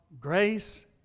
grace